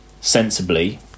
sensibly